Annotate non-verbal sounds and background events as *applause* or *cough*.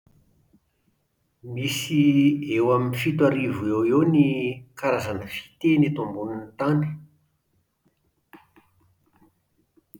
Misy *hesitation* eo amin'ny fito arivo eo ho eo ny *hesitation* karazana f-fiteny eto ambonin'ny tany